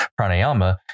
pranayama